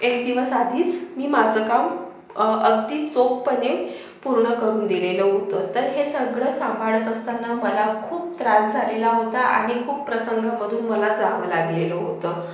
एक दिवस आधीच मी माझं काम अगदी चोखपणे पूर्ण करून दिलेलं होतं तर हे सगळं सांभाळत असताना मला खूप त्रास झालेला होता आणि खूप प्रसंगामधून मला जावं लागलेलं होतं